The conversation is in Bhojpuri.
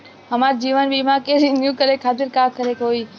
हमार जीवन बीमा के रिन्यू करे खातिर का करे के होई?